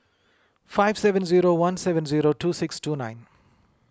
five seven zero one seven zero two six two nine